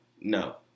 no